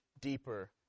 deeper